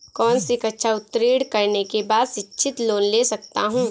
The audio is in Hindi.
कौनसी कक्षा उत्तीर्ण करने के बाद शिक्षित लोंन ले सकता हूं?